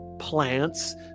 Plants